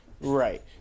Right